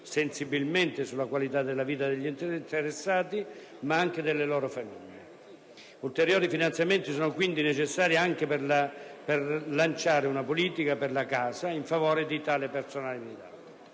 sensibilmente sulla qualità della vita degli interessati, ma anche delle loro famiglie. Ulteriori finanziamenti sono, quindi, necessari anche per lanciare una politica per la casa in favore di tale personale militare.